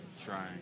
trying